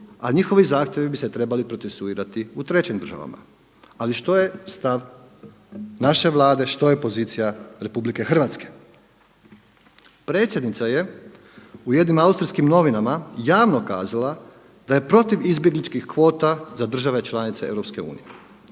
a njihovi zahtjevi bi se trebali procesuirati u trećim državama. Ali što je stav naše Vlade, što je pozicija RH? Predsjednica je u jednim austrijskim novinama javno kazala da je protiv izbjegličkih kvota za države članice EU.